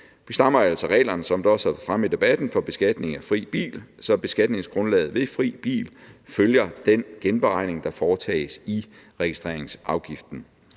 Vi strammer altså reglerne, som det også har været fremme i debatten, for beskatning af fri bil, så beskatningsgrundlaget for fri bil følger den genberegning, der foretages i registreringsafgiften.